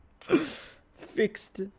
Fixed